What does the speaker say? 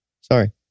Sorry